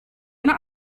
not